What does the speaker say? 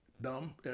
Dumb